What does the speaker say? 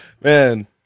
man